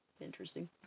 interesting